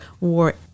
war